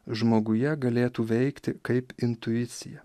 žmoguje galėtų veikti kaip intuicija